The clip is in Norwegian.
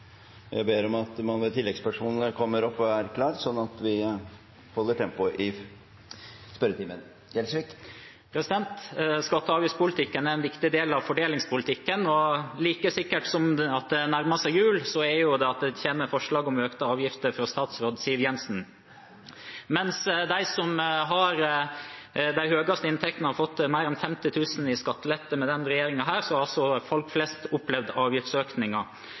ber om at man ved oppfølgingsspørsmål kommer frem og er klar, slik at vi holder tempoet i spørretimen oppe. Skatte- og avgiftspolitikken er en viktig del av fordelingspolitikken, og like sikkert som at det nærmer seg jul, er det at det kommer forslag om økte avgifter fra statsråd Siv Jensen. Mens de med de høyeste inntektene har fått mer enn 50 000 kr i skattelette med denne regjeringen, har folk flest opplevd avgiftsøkninger